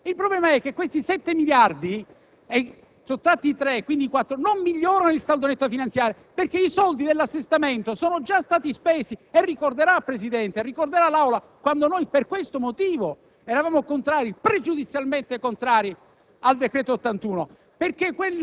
presentato le nostre argomentazioni contrarie all'assestamento già nelle scorse settimane? Il problema è che questi 7 miliardi - che, sottratti i 3, diventano 4 - non migliorano il saldo netto da finanziare, perché i soldi dell'assestamento sono già stati spesi. Lei, signor Presidente, e l'Aula